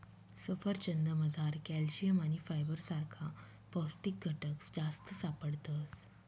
सफरचंदमझार कॅल्शियम आणि फायबर सारखा पौष्टिक घटक जास्त सापडतस